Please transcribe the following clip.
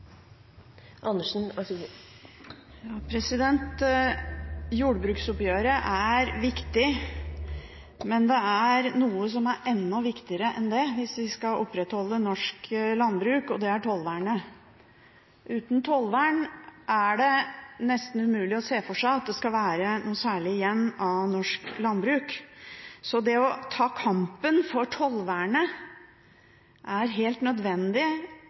noe som er enda viktigere enn det, hvis vi skal opprettholde norsk landbruk, og det er tollvernet. Uten tollvern er det nesten umulig å se for seg at det skal være noe særlig igjen av norsk landbruk. Så det å ta kampen for tollvernet er det helt nødvendig